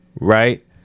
right